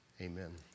amen